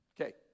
Okay